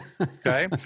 okay